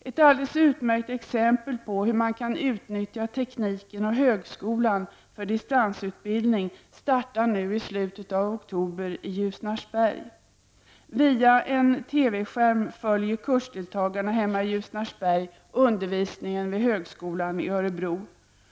Ett alldeles utmärkt exempel på hur man kan utnyttja tekniken och högskolan för distansutbildning får vi i slutet av oktober i Ljusnarsberg. Via en TV-skärm följer kursdeltagarna hemma i Ljusnarsberg undervisningen vid högskolan i Örebro.